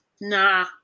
Nah